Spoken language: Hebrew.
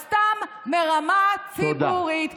את סתם מרמה ציבורית.